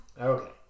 Okay